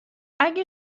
اگه